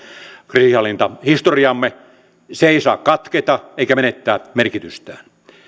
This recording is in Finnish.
kriisinhallintahistoriamme ja se ei saa katketa eikä menettää merkitystään